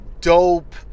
dope